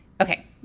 Okay